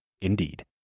Indeed